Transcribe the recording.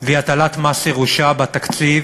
והיא הטלת מס ירושה בתקציב